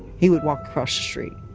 he would walk across the street.